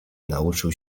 nauczył